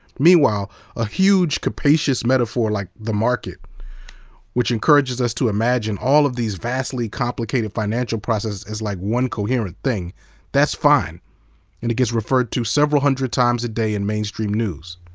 meanwhile a huge capacious metaphor like the market which encourages us to imagine all of these vastly complicated processes as like one coherent thing that's fine and it gets referred to several hundred times a day in mainstream news.